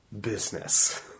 business